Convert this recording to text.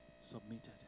Submitted